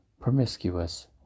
promiscuous